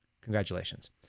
Congratulations